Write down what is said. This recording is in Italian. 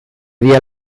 via